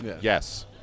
Yes